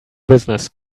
business